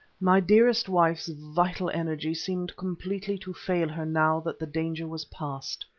my dearest wife's vital energy seemed completely to fail her now that the danger was past,